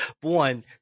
One